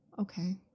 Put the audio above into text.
Okay